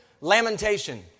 lamentation